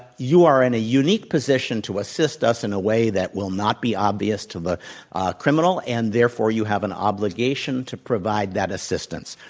you are in a unique position to assist us in a way that will not be obvious to the criminal and therefore you have an obligation to provide that assistance.